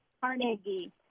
Carnegie